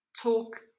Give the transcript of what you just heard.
Talk